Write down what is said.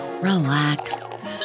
relax